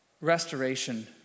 restoration